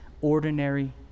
ordinary